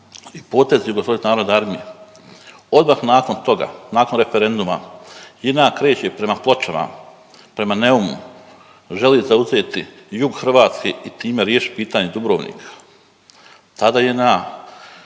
podaci JNA i potezi JNA. Odmah nakon toga, nakon referenduma JNA kreće prema Pločama, prema Neumu, želi zauzeti jug Hrvatske i time riješiti pitanje Dubrovnika. Tada JNA